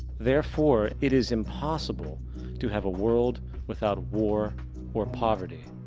therefore, it is impossible to have a world without war or poverty.